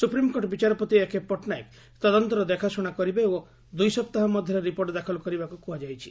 supreme court ବିଚାରପତି AK Patnaik ତଦନ୍ତର ଦେଖାଶ୍ରଣା କରିବେ ଓ ଦୂଇ ସପ୍ତାହ ମଧ୍ୟରେ ରିପୋର୍ଟ ଦାଖଲ କରିବାକୃ କୁହାଯାଇଛି